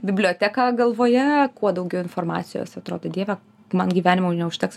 biblioteką galvoje kuo daugiau informacijos atrodo dieve man gyvenimo neužteks aš